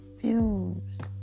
confused